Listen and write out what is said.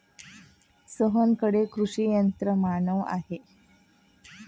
सोहनकडे कृषी यंत्रमानव आहे